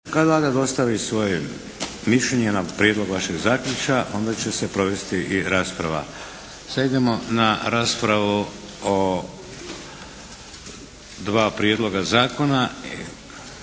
Kad Vlada dostavi svoje mišljenje na prijedlog vašeg zaključka onda će se provesti i rasprava. Sad idemo na raspravu o dva prijedloga zakona.